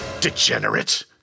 Degenerate